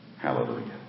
Hallelujah